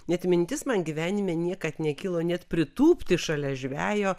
net mintis man gyvenime niekad nekilo net pritūpti šalia žvejo